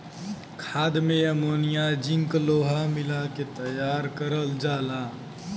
खाद में ammonia zinc लोहा मिला के तैयार करल जाला